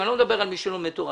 אני לא מדבר על מי שלומד תורה.